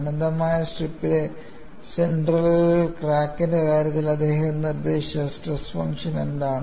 അനന്തമായ സ്ട്രിപ്പിലെ സെൻട്രൽ ക്രാക്കിന്റെ കാര്യത്തിൽ അദ്ദേഹം നിർദ്ദേശിച്ച സ്ട്രെസ് ഫംഗ്ഷൻ എന്താണ്